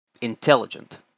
intelligent